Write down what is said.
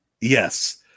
yes